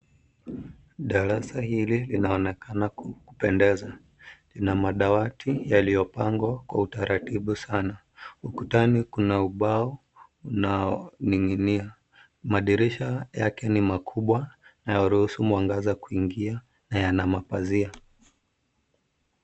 Darasa hili linaonekana kupendeza. lina madawati yaliyopangwa kwa utaratibu sana. Ukutani Kuna ubao unaoninginia . Madirisha yake ni makubwa na yanayoruhusu mwangaza kuingia na yana mapazia .